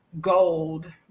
gold